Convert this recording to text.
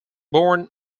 born